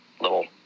Little